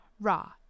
raw